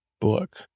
book